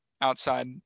outside